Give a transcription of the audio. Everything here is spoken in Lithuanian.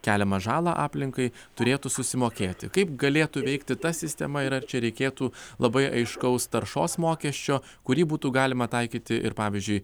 keliamą žalą aplinkai turėtų susimokėti kaip galėtų veikti ta sistema ir ar čia reikėtų labai aiškaus taršos mokesčio kurį būtų galima taikyti ir pavyzdžiui